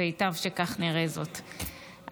וייטב שכך נראה זאת.